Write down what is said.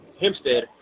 Hempstead